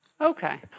Okay